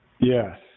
Yes